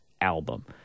album